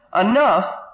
enough